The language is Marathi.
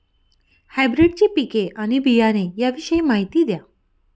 हायब्रिडची पिके आणि बियाणे याविषयी माहिती द्या